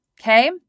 Okay